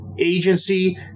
agency